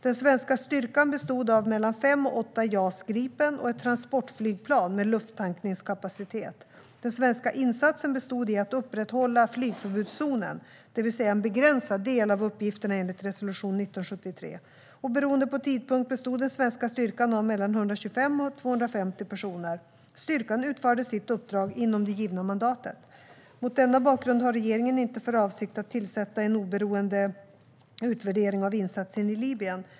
Den svenska styrkan bestod av mellan fem och åtta JAS Gripen och ett transportflygplan med lufttankningskapacitet. Den svenska insatsen bestod i att upprätthålla flygförbudszonen, det vill säga en begränsad del av uppgifterna enligt resolution 1973. Beroende på tidpunkt bestod den svenska styrkan av mellan 125 och 250 personer. Styrkan utförde sitt uppdrag inom det givna mandatet. Mot denna bakgrund har regeringen inte för avsikt att tillsätta en oberoende utvärdering av insatsen i Libyen.